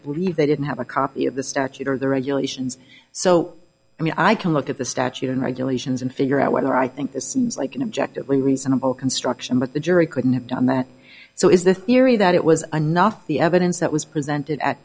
believe they didn't have a copy of the statute or the regulations so i mean i can look at the statute and regulations and figure out whether i think this seems like an objectively reasonable construction but the jury couldn't have done that so is the theory that it was a nothe the evidence that was presented at